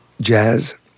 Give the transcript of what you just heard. jazz